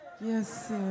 Yes